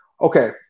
Okay